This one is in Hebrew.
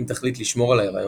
אם תחליט לשמור על ההריון,